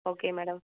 okay madam